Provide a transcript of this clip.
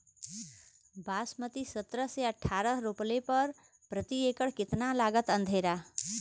बासमती सत्रह से अठारह रोपले पर प्रति एकड़ कितना लागत अंधेरा?